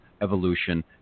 Evolution